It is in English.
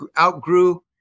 outgrew